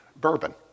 bourbon